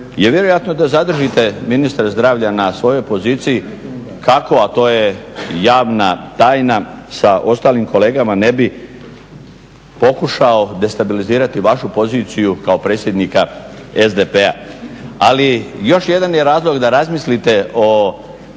i vjerojatno da zadržite ministra zdravlja na svojoj poziciji kako, a to je javna tajna sa ostalim kolegama ne bi pokušao destabilizirati vašu poziciju kao predsjednika SDP-a. Ali još jedan je razlog da razmislite o